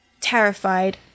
terrified